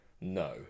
No